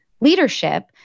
leadership